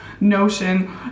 Notion